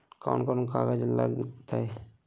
कौन कौन कागज लग तय?